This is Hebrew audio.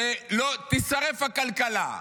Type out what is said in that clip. שתישרף הכלכלה,